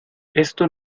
esto